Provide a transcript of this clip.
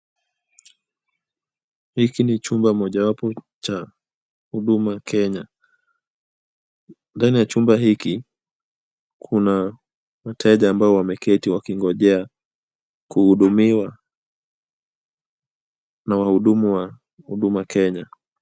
Hiki ni chumba mojawapo cha Huduma Kenya, ndani ya chumba hiki kuna wateja ambao wameketi wakingojea kuhudumiwa na wahudumu wa Huduma Kenya.